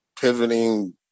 pivoting